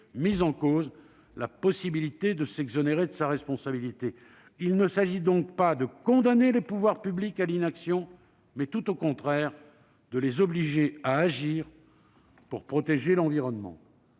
mise en cause la possibilité de s'exonérer de sa responsabilité. Il ne s'agit donc pas de condamner les pouvoirs publics à l'inaction, mais, tout au contraire, de les obliger à agir pour protéger l'environnement.